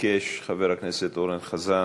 ביקש חבר הכנסת אורן חזן.